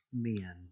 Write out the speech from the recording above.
men